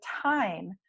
time